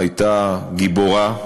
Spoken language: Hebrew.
הייתה גיבורה,